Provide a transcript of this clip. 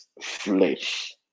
flesh